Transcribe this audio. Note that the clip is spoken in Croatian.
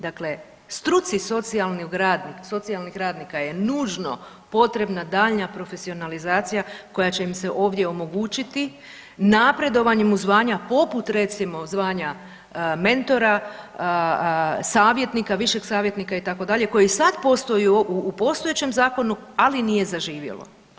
Dakle, struci socijalnih radnika je nužno potrebna daljnja profesionalizacija koja će im se ovdje omogućiti napredovanjem u zvanja poput recimo zvanja mentora, savjetnika, višeg savjetnika itd. koji sad postoji u postojećem zakonu, ali nije zaživjelo.